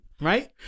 Right